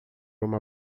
uma